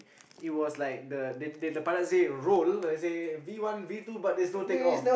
it was like the the pilate say roll B one B two but there's no take off